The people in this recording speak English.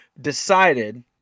decided